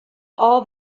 all